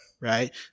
right